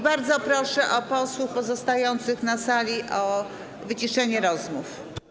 Bardzo proszę posłów pozostających na sali o wyciszenie rozmów.